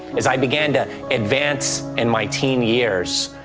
as i began to advance in my teen years,